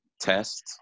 test